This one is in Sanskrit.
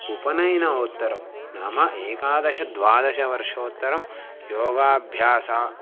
उपनयनोत्तरं नाम एकादश द्वादशवर्षोत्तरं योगाभ्यासः